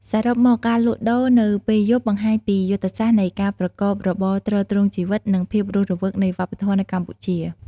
សរុបមក ការលក់ដូរនៅពេលយប់បង្ហាញពីយុទ្ធសាស្ត្រនៃការប្រកបរបរទ្រទ្រង់ជីវិត និងភាពរស់រវើកនៃវប្បធម៌នៅកម្ពុជា។